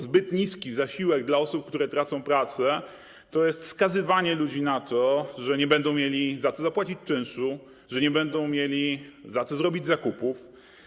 Zbyt niski zasiłek dla osób, które tracą pracę, to jest skazywanie ludzi na to, że nie będą mieli za co zapłacić czynszu, że nie będą mieli za co zrobić zakupów.